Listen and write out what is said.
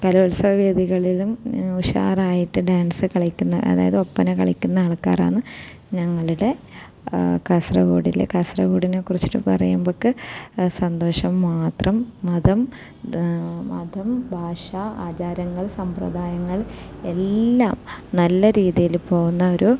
കലോത്സവവേദികളിലും ഉഷാറായിട്ട് ഡാൻസ് കളിക്കുന്ന അതായത് ഒപ്പന കളിക്കുന്ന ആൾക്കാറാണ് ഞങ്ങളുടെ കാസർഗോഡിലെ കാസർഗോഡിനെക്കുറിച്ചിട്ട് പറയുമ്പോഴേക്ക് സന്തോഷം മാത്രം മതം മതം ഭാഷ ആചാരങ്ങൾ സമ്പ്രദായങ്ങൾ എല്ലാം നല്ല രീതിയില് പോകുന്ന ഒരു